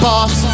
Boss